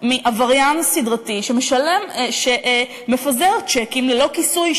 מעבריין סדרתי שמפזר צ'קים ללא כיסוי,